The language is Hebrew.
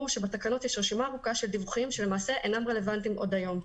שבתקנות יש רשימה ארוכה של דיווחים שלמעשה אינם רלוונטיים עדו היום.